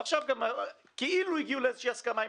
עכשיו כאילו הגיעו לאיזו הסכמה עם